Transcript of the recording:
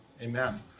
amen